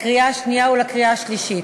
לקריאה השנייה ולקריאה השלישית.